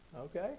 okay